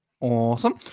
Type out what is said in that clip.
Awesome